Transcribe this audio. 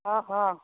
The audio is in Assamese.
অঁ অঁ